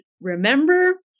remember